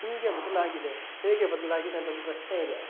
ಹೀಗೆ ಬದಲಾಗಿದೆ ಹೇಗೆ ಬದಲಾಗಿದೆ ಅಂತ ಒಂದು ಪ್ರಶ್ನೆಯಿದೆ